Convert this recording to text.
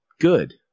Good